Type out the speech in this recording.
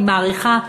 אני מעריכה,